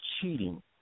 cheating